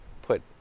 put